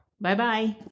Bye-bye